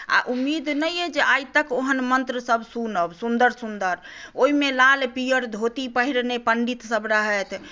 आ उम्मीद नहि अइ जे आइ तक ओहन मन्त्रसभ सुनब सुन्दर सुन्दर ओहिमे लाल पियर धोती पहिरने पण्डितसभ रहथि